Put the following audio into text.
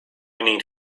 need